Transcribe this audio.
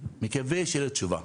נקווה שתהיה תשובה.